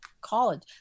college